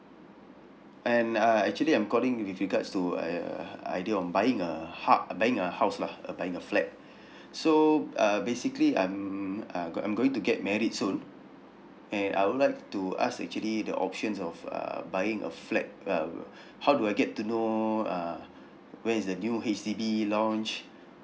and uh actually I'm calling with regards to uh idea on buying a hou~ buying a house lah uh buying a flat so uh basically um uh go~ I'm going to get married soon and I would like to ask actually the options of uh buying a flat uh how do I get to know uh where is the new H_D_B launch